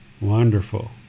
Wonderful